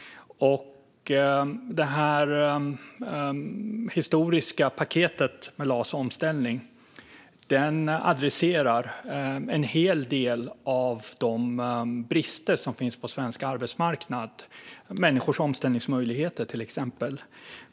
Det historiska paketet med LAS-omställningen adresserar en hel del av de brister som finns på svensk arbetsmarknad. Det handlar om människors omställningsmöjligheter, till exempel.